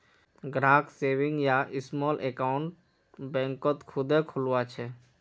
ग्राहक सेविंग या small account बैंकत खुदे खुलवा छे